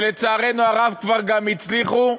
ולצערנו הרב כבר גם הצליחו,